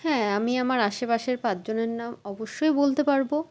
হ্যাঁ আমি আমার আশেপাশের পাঁচ জনের নাম অবশ্যই বলতে পারব